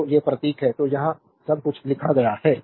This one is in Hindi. तो ये प्रतीक हैं तो यहां सब कुछ लिखा गया है